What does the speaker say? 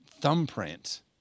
thumbprint